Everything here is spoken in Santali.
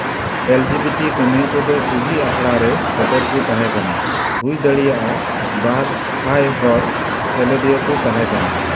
ᱮᱞᱡᱤᱵᱤᱴᱤ ᱠᱟᱹᱢᱭᱟᱹ ᱠᱚᱫᱚ ᱥᱩᱦᱤ ᱟᱠᱷᱲᱟᱨᱮ ᱥᱮᱴᱮᱨ ᱠᱚ ᱛᱟᱦᱮᱸ ᱠᱟᱱᱟ ᱦᱩᱭ ᱫᱟᱲᱮᱭᱟᱜᱼᱟ ᱵᱟᱨ ᱥᱟᱭ ᱦᱚᱲ ᱥᱮᱞᱮᱫᱤᱭᱟᱹ ᱠᱚ ᱛᱟᱦᱮᱱ ᱠᱟᱱᱟ